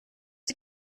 sie